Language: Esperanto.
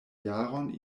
jaron